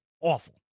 awful